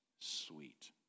sweet